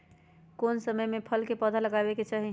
कौन मौसम में फल के पौधा लगाबे के चाहि?